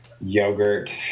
yogurt